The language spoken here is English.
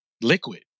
liquid